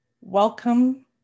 welcome